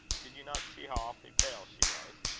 did you not see how awfully pale she was?